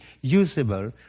usable